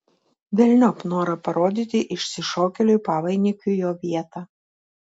velniop norą parodyti išsišokėliui pavainikiui jo vietą